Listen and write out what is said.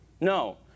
No